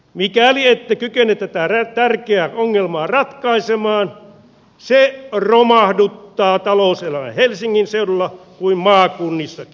mikäli ette kykene tätä tärkeää ongelmaa ratkaisemaan se romahduttaa talouselämän niin helsingin seudulla kuin maakunnissakin